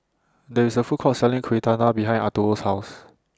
There IS A Food Court Selling Kueh Dadar behind Arturo's House